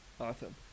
Awesome